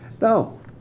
No